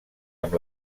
amb